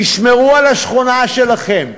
תשמרו על השכונה שלכם,